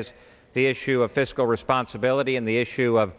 is the issue of fiscal responsibility and the issue of